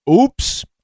Oops